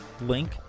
Link